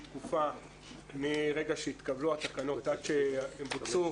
תקופה מרגע שהתקבלו התקנות עד שהן בוצעו,